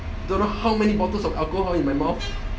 don't know how many bottles of alcohol into my mouth